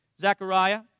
Zechariah